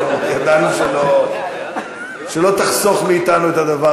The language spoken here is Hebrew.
ידענו שלא תחסוך מאתנו את הדבר,